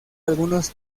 algunos